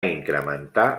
incrementar